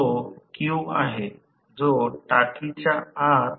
आणि सरलीकृत केल्याने T T max 3ω S मिळेल